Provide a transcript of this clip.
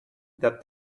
that